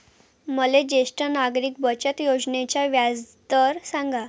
मले ज्येष्ठ नागरिक बचत योजनेचा व्याजदर सांगा